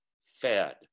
fed